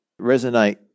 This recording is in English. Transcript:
resonate